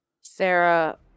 Sarah